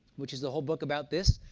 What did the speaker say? which is a whole book about this?